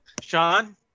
Sean